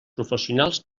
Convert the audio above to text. professionals